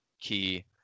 key